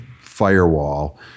firewall